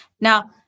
now